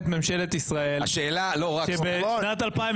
איך הגענו למצב שראש ממשלת ישראל לא מוזמן לבית הלבן?